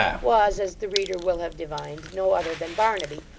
was, as the reader will have divined, no other than barnaby,